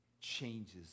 changes